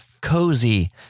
cozy